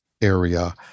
area